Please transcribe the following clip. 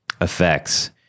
effects